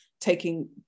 taking